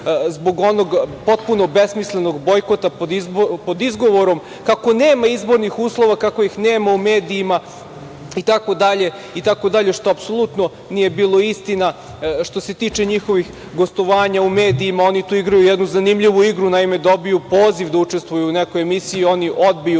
zbog onog potpuno besmislenog bojkota, a pod izgovorom kako nema izbornih uslova, kako ih nema u medijima itd, što apsolutno nije bilo istinito. Što se tiče njihovih gostovanja u medijima, oni tu igraju jednu zanimljivu igru. Naime, oni dobiju poziv da učestvuju u nekoj emisiju, odbiju,